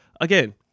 again